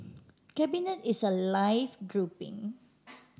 cabinet is a live grouping